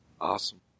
Awesome